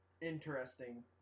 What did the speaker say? interesting